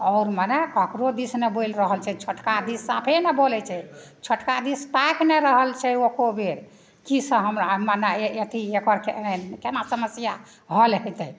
आओर मने ककरो दिस नहि बोलि रहल छै छोटका दिस साफे नहि बोलै छै छोटका दिस ताकि नहि रहल छै ओ एक्को बेर की से हमर मने ई एकर केहन केना समस्या हल हेतै